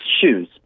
shoes